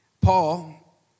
Paul